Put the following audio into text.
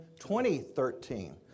2013